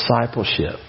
discipleship